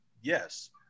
Yes